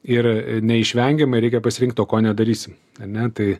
ir neišvengiamai reikia pasirinkt o ko nedarysim ane tai